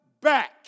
back